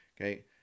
okay